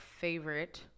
favorite